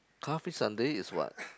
car free Sunday is what